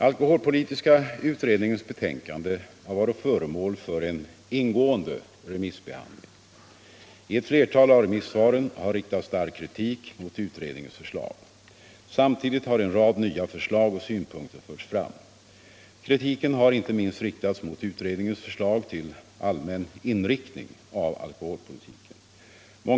Alkoholpolitiska utredningens betänkande har varit föremål för en ingående remissbehandling. I ett flertal av remissvaren har riktats stark kritik mot utredningens förslag. Samtidigt har en rad nya förslag och synpunkter förts fram. Kritiken har inte minst riktats mot utredningens förslag till allmän inriktning av alkoholpolitiken.